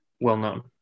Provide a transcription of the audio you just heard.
well-known